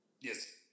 Yes